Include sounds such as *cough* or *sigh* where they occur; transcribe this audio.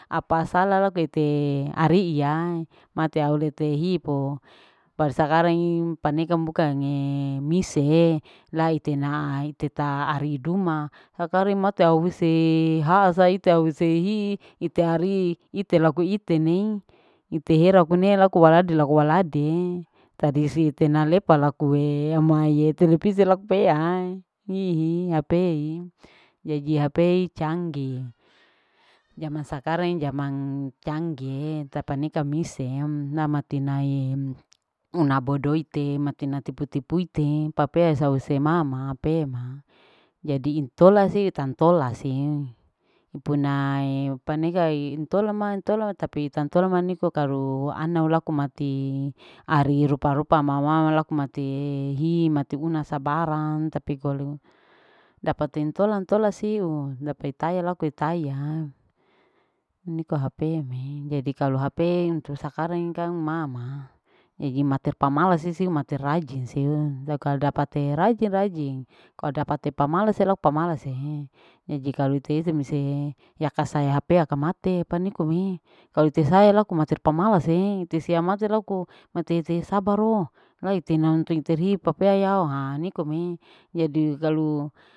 Apa sala laku ite ari'iya mate aule te hipo baru sakarang ini paneka bukange mise lai itena iteta ari duma sakari mati ause ha'a saite ause hi'i ite ari'i ite laku itene ite hera lakune laku waladi-laku waladi tadisi ite nalepa lakue amaie *laughs* telepisi laku pea yihi hp hi. Jadi hp canggih *noise* jaman sakarang jaman canggihe tapaneka mise namatinae una bodo ite matina tipu-tipu ite papea sause mamape ma jadi intola siu itantola si ipunae paneka intola ma intola tapi itantola ma niko kalu anau laku mati ari rupa-rupa ma mama laku matie hi, mati una sabarang tapi kalu dapa tintola-ntola siu dapa itaya laku itaya niko hp me jadi klau hp untuk sakarang ni kang mama jadi mater pamalas sisiu mater rajin siu la kalu dapate rajin-rajin kalu dapate pamalase lako pamalase jadi kalu ite se mise yakasae hp aka mate panikome kalu ite saya laku mater pamalase tesea mate laku mate ite sabaro lai ite nante ite riu papea yao ha nikome jadi kalu.